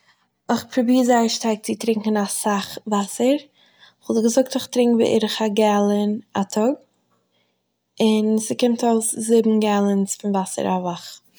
איך פרוביר זייער שטארק צו טרינקען אסאך וואסער, כ'וואלט געזאגט איך טרינק בערך א גאלאן א טאג, און ס'קומט אויס זיבן גאלאנס פון וואסער א וואך